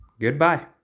Goodbye